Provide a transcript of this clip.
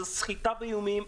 זה סחיטה באיומים,